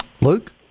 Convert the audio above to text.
Luke